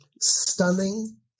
stunning